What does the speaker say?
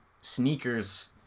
sneakers